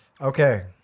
Okay